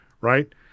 Right